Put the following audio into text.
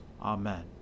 Amen